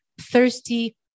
thirsty